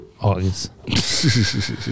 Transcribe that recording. August